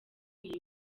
iyi